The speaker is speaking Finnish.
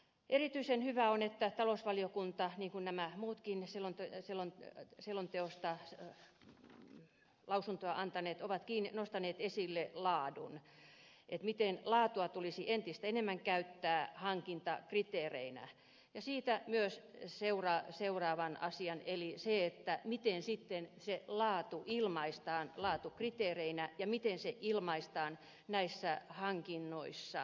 erityisen hyvä on että talousvaliokunta niin kuin nämä muutkin selonteosta lausuntoa antaneet on nostanut esille laadun miten laatua tulisi entistä enemmän käyttää hankintakriteerinä ja siitä myös seuraavan asian eli sen miten sitten se laatu ilmaistaan laatukriteereinä ja miten se ilmaistaan näissä hankintapyynnöissä